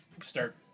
Start